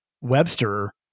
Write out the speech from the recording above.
Webster